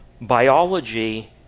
biology